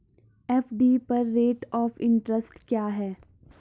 FD पर rate of interest क्या है?